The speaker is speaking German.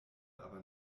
aber